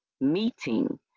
meeting